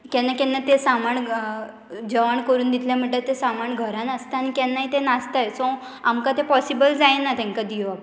केन्ना केन्ना तें सामाण जेवण करून दितलें म्हणटगीर तें सामाण घरान आसता आनी केन्नाय तें नासताय सो आमकां तें पॉसिबल जायना तेंका दिवप